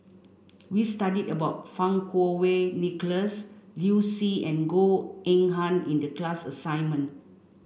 we studied about Fang Kuo Wei Nicholas Liu Si and Goh Eng Han in the class assignment